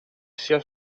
sia